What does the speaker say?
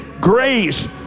grace